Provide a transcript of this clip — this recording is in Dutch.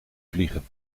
vliegen